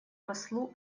послу